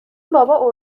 بابا